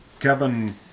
kevin